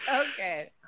okay